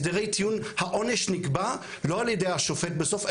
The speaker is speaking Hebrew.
הסדרי טיעון העונש נקבע לא על ידי השופט בסוף,